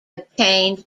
obtained